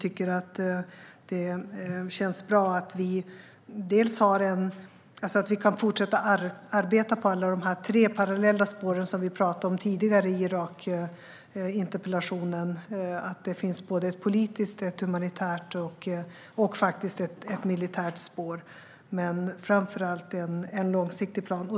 Det känns bra att vi kan fortsätta arbeta på alla de tre parallella spåren som vi pratade om tidigare i Irakinterpellationen: ett politiskt, ett humanitärt och ett militärt spår. Men framför allt behövs en långsiktig plan.